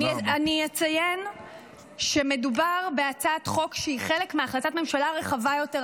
אני אציין שמדובר בהצעת חוק שהיא חלק מהחלטת ממשלה רחבה יותר,